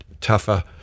tougher